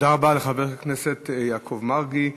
תודה רבה לחבר הכנסת יעקב מרגי.